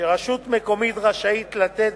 שרשות מקומית רשאית לתת,